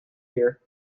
here